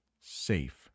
safe